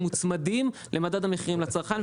מוצמדים לממד המחירים לצרכן,